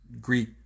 Greek